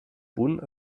punt